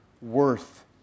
worth